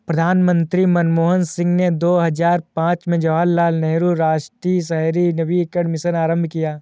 प्रधानमंत्री मनमोहन सिंह ने दो हजार पांच में जवाहरलाल नेहरू राष्ट्रीय शहरी नवीकरण मिशन आरंभ किया